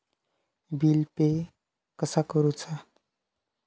Bill pay कसा करुचा?